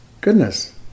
goodness